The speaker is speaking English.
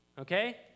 okay